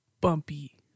Bumpy